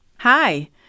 Hi